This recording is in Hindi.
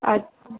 अच्छा